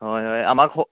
হয় হয় আমাক